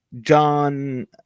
john